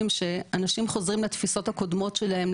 שאנשים חוזרים לתפיסות הקודמות שלהם,